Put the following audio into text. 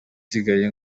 isigaye